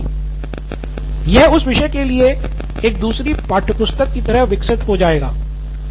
सिद्धार्थ मटूरी यह उस विषय के लिए एक दूसरी पाठ्यपुस्तक की तरह विकसित हो जाएगी